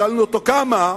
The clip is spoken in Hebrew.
שאלנו אותו: כמה?